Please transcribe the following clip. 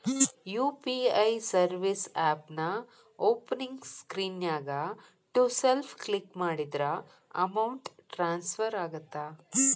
UPI service ಆಪ್ನ್ಯಾಓಪನಿಂಗ್ ಸ್ಕ್ರೇನ್ನ್ಯಾಗ to self click ಮಾಡಿದ್ರ ಅಮೌಂಟ್ ಟ್ರಾನ್ಸ್ಫರ್ ಆಗತ್ತ